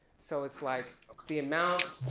so it's like the amount